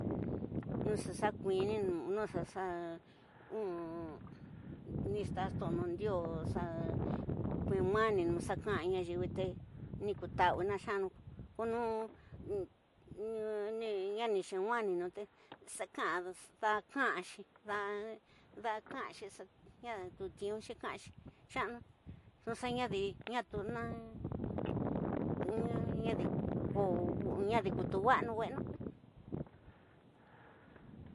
Noxa xa kuininu, noxaxa nita sto'o nundio xa ku nwaninu xa ka'a ña yiwite, niku ta'awinu nxa'ani ko nu ñami ñi xiin nwaninute da kañaxi ñta tu ñiyu kañaxi nxa'anu xuxa ñadi, ñatuna, ñadi kutu wa'a nu we'enu.